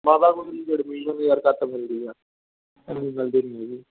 ਮਾਤਾ ਗੁਜਰੀ 'ਚ ਐਡਮਿਸ਼ਨ ਯਾਰ ਘੱਟ ਮਿਲਦੀ ਆ ਇੰਨੀ ਮਿਲਦੀ ਨਹੀਂ ਹੈਗੀ